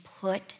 put